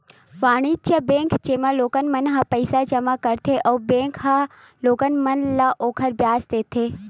वाणिज्य बेंक, जेमा लोगन मन ह पईसा जमा करथे अउ बेंक ह लोगन मन ल ओखर बियाज देथे